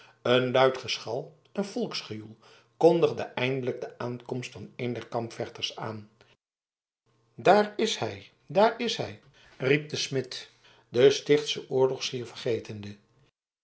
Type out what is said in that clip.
een luid geschal en volksgejoel kondigde eindelijk de aankomst van een der kampvechters aan daar is hij daar is hij riep de smid den stichtschen oorlog schier vergetende